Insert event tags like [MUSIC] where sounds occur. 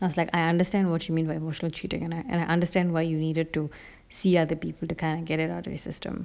I was like I understand what you mean by emotional cheating and uh and I understand why you needed to [BREATH] see other people to kind of get it out of your system